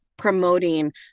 promoting